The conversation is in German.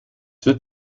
wird